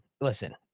Listen